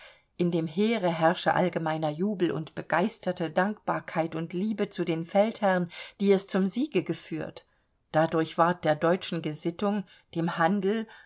in dem heere herrsche allgemeiner jubel und begeisterte dankbarkeit und liebe zu den feldherren die es zum siege geführt dadurch ward der deutschen gesittung dem handel